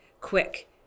quick